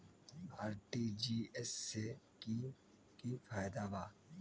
RTGS से की की फायदा बा?